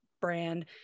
brand